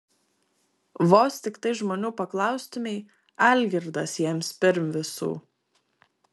vos tiktai žmonių paklaustumei algirdas jiems pirm visų